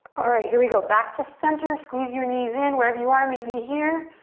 alright, here we go. back to center. squeeze your knees in. wherever you are, meet me here.